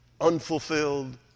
unfulfilled